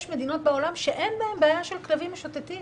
יש מדינות בעולם שאין בהן בעיה של כלבים משוטטים.